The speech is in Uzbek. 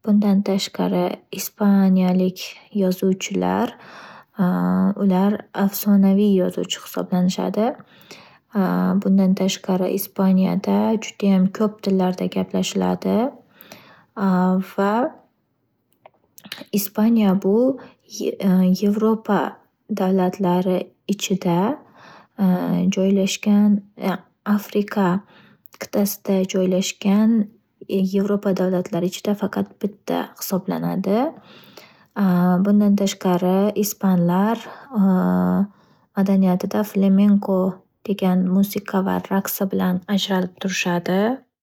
Bundan tashqari ispaniyalik yozuvchilar ular afsonaviy yozuvchilar hisoblanishadi. bundan tashqari ispaniyada judayam ko'plab tillarda gaplashilinadi va ispaniya bu Evropa davlatlari ichida joylashgan afrika qit'asida joylashgan yevropa davlatlari ichida faqat bitta hisoblanad. Bundan tashqari ispanlar madaniyatida flemengodegan musiqa va raqsi bilan ajralib turishadi.